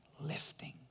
Lifting